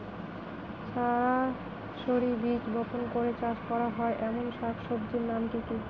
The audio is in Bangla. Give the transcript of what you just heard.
সরাসরি বীজ বপন করে চাষ করা হয় এমন শাকসবজির নাম কি কী?